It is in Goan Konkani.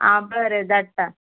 आ बरें दाडटा